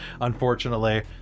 unfortunately